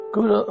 Good